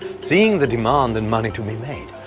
seeing the demand and money to be made,